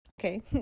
Okay